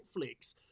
Netflix